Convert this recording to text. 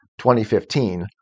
2015